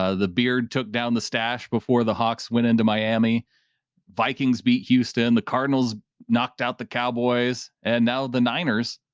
ah the beard took down the stash before the hawks went into miami vikings, beat houston, the cardinals knocked out the cowboys and now the niners,